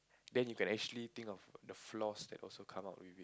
then you can actually think of the the flaws that also come out with